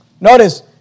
notice